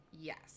Yes